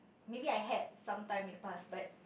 maybe I had sometime in the past but